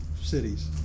Cities